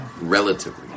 Relatively